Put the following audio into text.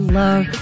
love